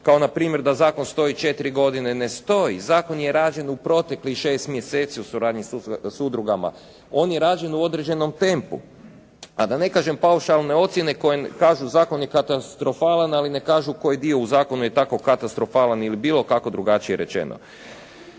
kao npr. da zakon stoji četiri godine, ne stoji. Zakon je rađen u proteklih šest mjeseci u suradnji s udrugama. On je rađen u određenom tempu, a da ne kažem paušalne ocjene koje kažu zakon je katastrofalan, ali ne kažu koji dio u zakonu je tako katastrofalan ili bilo kako drugačije rečeno.